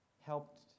helped